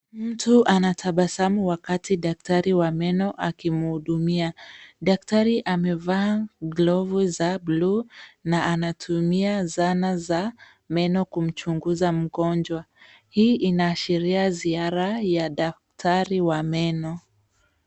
Mtu anatabasamu wakati daktari wa meno akimhudumia. Daktari amevaa glovu za buluu na anatumia zana za meno kumchunguza mgonjwa. Hii inaashiria ziara ya daktari wa meno.